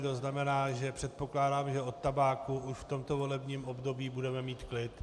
To znamená, že předpokládám, že od tabáku v tomto volebním období budeme mít klid.